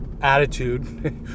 attitude